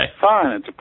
Fine